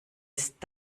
ist